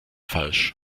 falsch